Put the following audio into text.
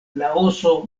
laoso